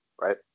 right